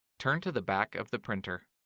turn to the back of the printer.